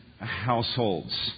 households